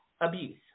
abuse